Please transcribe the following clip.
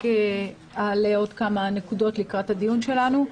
רק אעלה עוד כמה נקודות לקראת הדיון שלנו.